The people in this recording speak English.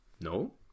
No